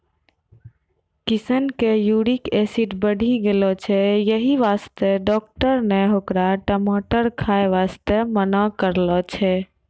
किशन के uric acid बढ़ी गेलो छै यही वास्तॅ डाक्टर नॅ होकरा टमाटर खाय वास्तॅ मना करनॅ छै